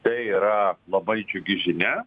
tai yra labai džiugi žinia